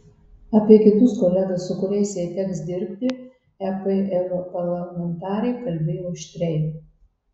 apie kitus kolegas su kuriais jai teks dirbti ep europarlamentarė kalbėjo aštriai